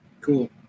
Cool